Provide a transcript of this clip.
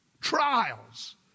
trials